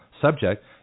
subject